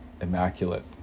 immaculate